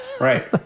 Right